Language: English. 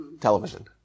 television